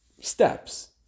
steps